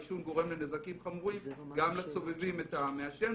העישון גורם לנזקים חמורים גם לסובבים את המעשן.